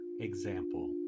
example